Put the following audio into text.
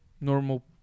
normal